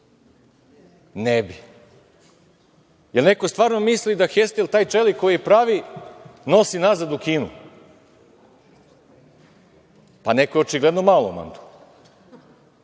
Ne bi. Je li neko stvarno misli da taj čelik koji pravi nosi nazad u Kinu? Pa neko je očigledno malouman.